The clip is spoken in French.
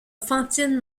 fantine